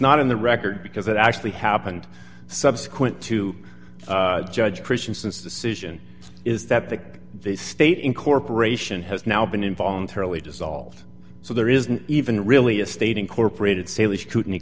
not in the record because it actually happened subsequent to judge christians since decision is that the state incorporation has now been involuntarily dissolved so there isn't even really a state incorporated saley scrutiny